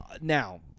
Now